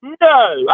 No